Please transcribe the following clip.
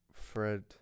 Fred